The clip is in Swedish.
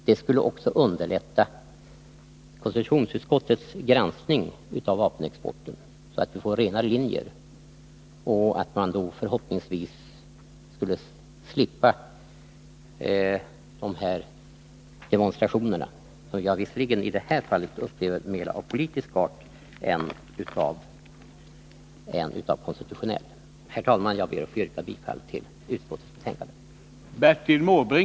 Det skulle också underlätta konstitutionsutskottets Nr 146 granskning av vapenexporten så att vi finge renare linjer och förhoppningsvis skulle slippa de här demonstrationerna, även om de i det här fallet mera har varit av politisk än av konstitutionell art. Herr talman! Jag ber att få yrka bifall till utskottets hemställan.